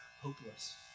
hopeless